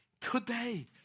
today